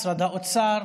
משרד האוצר,